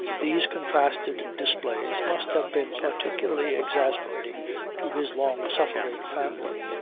these contrasted displays must have been particularly exasperating to his long-suffering family.